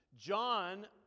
John